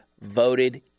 voted